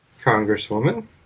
Congresswoman